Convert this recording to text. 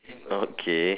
okay